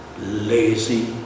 lazy